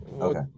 okay